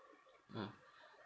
mm